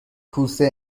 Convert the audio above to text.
کوسه